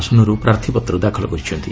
ଆସନରୁ ପ୍ରାର୍ଥୀପତ୍ର ଦାଖଲ କରିଛନ୍ତି